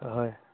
হয়